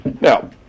Now